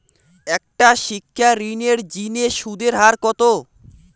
একটা শিক্ষা ঋণের জিনে সুদের হার কত?